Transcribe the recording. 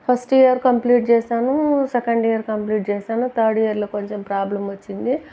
first year complete చేసాను second year complete చేసాను third ఇయర్లో కొంచెం ప్రాబ్లెమ్ వచ్చింది